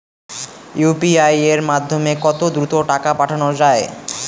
UPI এর মাধ্যমে কত দ্রুত টাকা পাঠানো যায়?